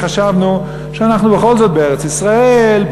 חשבנו שאנחנו בכל זאת בארץ-ישראל,